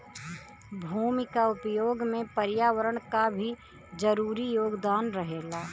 भूमि क उपयोग में पर्यावरण क भी जरूरी योगदान रहेला